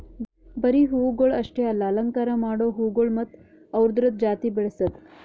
ಬರೀ ಹೂವುಗೊಳ್ ಅಷ್ಟೆ ಅಲ್ಲಾ ಅಲಂಕಾರ ಮಾಡೋ ಹೂಗೊಳ್ ಮತ್ತ ಅವ್ದುರದ್ ಜಾತಿ ಬೆಳಸದ್